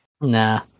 Nah